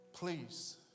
Please